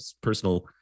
personal